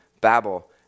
Babel